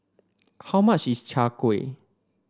how much is Chai Kuih